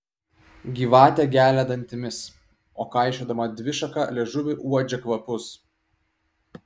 gyvatė gelia dantimis o kaišiodama dvišaką liežuvį uodžia kvapus